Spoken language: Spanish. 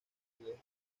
regiones